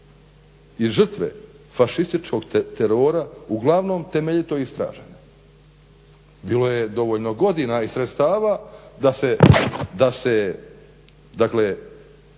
i žrtve fašističkog terora uglavnom temeljito istražena. Bilo je dovoljno godina i sredstava da se